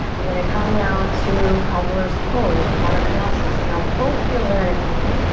i'm gonna come now to cobbler's pose, baddha konasan. so now both heels are gonna come in.